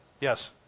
Yes